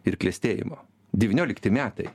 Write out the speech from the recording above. ir klestėjimo devyniolikti metai